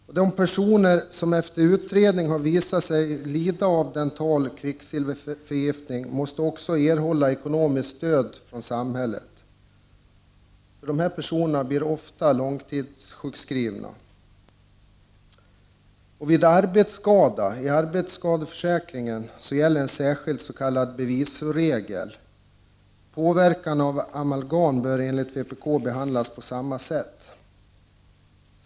De personer som efter utredning har visat sig lida av dental kvicksilverförgiftning måste också erhålla ekonomiskt stöd från samhället. De här personerna blir nämligen ofta långtidssjukskrivna. I arbetsskadeförsäkringen gäller en särskild bevisregel. Påverkan av amalgam bör enligt vpk behandlas på samma sätt.